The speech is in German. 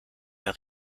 der